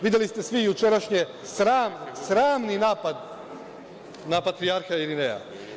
Videli ste svi jučerašnji sramni napad na patrijarha Irineja.